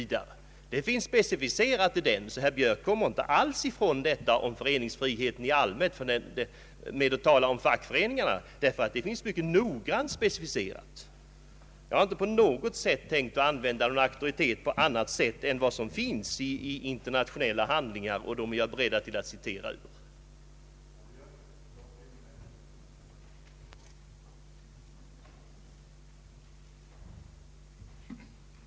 Allt detta är specificerat i artikeln, och herr Björk kommer inte alls ifrån detta om föreningsfriheten i allmänhet med att tala om fackföreningarna. Jag har inte på något sätt tänkt använda auktoriteten på annat sätt än att redovisa vad som finns i internationella handlingar — och jag är beredd att citera ur dem.